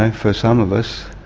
for some of us,